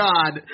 God